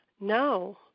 no